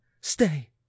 Stay